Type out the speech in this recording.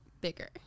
Bigger